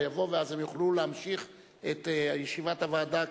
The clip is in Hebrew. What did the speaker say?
יבוא ואז הם יוכלו להמשיך את ישיבת הוועדה כסדרה.